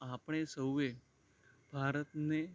આપણે સૌએ ભારતને